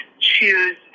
choose